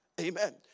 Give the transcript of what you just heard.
Amen